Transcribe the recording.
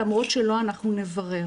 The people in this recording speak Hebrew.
למרות שלא אנחנו נברר.